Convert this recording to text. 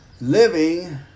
Living